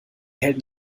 helden